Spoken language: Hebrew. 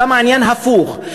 שם העניין הפוך.